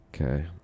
Okay